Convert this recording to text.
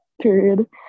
period